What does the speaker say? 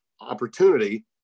opportunity